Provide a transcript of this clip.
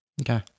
Okay